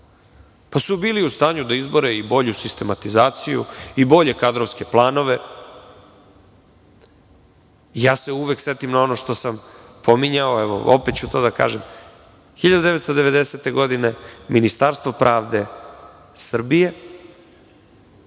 pa su bili u stanju da izbore i bolju sistematizaciju i bolje kadrovske planove. Uvek setim ono što sam pominjao, evo, opet ću to da kažem. Godine 1990. Ministarstvo pravde Srbije